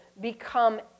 become